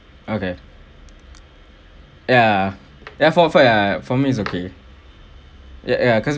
okay ya therefore for ya for me it's okay ya ya cause